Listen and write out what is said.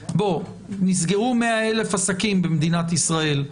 נסגרו 100,000 עסקים במדינת ישראל.